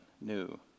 new